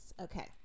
okay